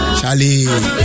Charlie